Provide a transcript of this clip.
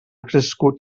crescut